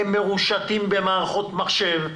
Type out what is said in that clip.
הם מרושתים במערכות מחשב.